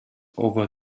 over